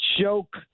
joke